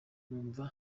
numva